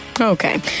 Okay